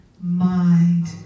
mind